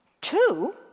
Two